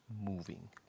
moving